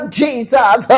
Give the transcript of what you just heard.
jesus